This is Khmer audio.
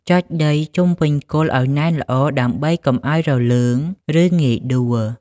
ចុចដីជុំវិញគល់ឲ្យណែនល្អដើម្បីកុំឲ្យរលើង ឬងាយដួល។